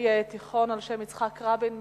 התיכון על-שם יצחק רבין מכפר-סבא.